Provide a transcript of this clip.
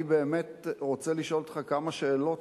אני באמת רוצה לשאול אותך כמה שאלות